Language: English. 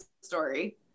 story